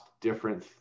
different